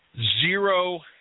zero